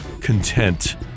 content